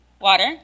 water